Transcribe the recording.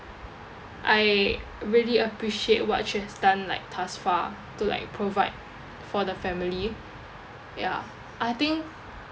I really appreciate what she has done like thus far to like provide for the family ya I think